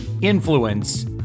Influence